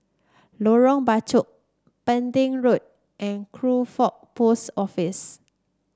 Lorong Bachok Pending Road and Crawford Post Office